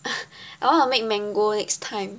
I want to make mango next time